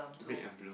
red and blue